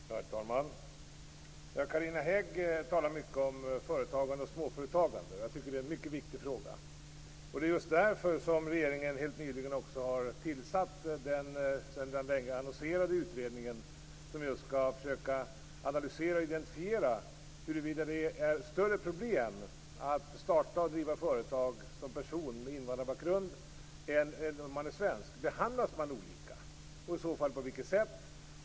Herr talman! Carina Hägg talar mycket om företagande och småföretagande. Jag tycker att det är en mycket viktig fråga. Det är just därför regeringen helt nyligen också har tillsatt den sedan länge annonserade utredning som skall försöka analysera och identifiera huruvida det är större problem att starta och driva företag för en person med invandrarbakgrund än för en svensk. Behandlas man olika? I så fall - på vilket sätt?